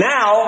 Now